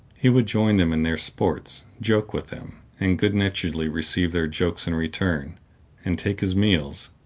he would join them in their sports, joke with them, and good-naturedly receive their jokes in return and take his meals,